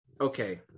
okay